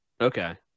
Okay